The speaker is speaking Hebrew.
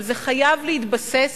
אבל זה חייב להתבסס